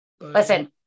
Listen